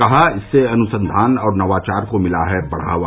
कहा इससे अनुसंधान और नवाचार को मिला है बढ़ावा